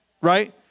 right